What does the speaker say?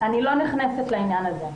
אני לא נכנסת לעניין הזה.